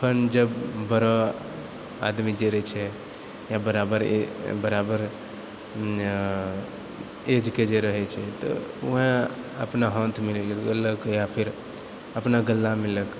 फेर जब बड़ा आदमी जे रहै छै या बराबर बराबर एजके जे रहै छै तऽ वएह अपना हाथ मिलेलक या फेर अपना गला मिललक